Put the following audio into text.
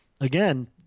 again